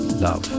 Love